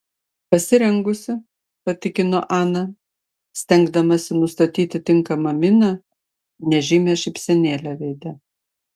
pasirengusi patikino ana stengdamasi nustatyti tinkamą miną nežymią šypsenėlę veide